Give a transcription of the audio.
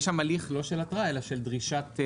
יש שם הליך של דרישת תשלום.